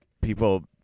people